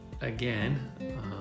again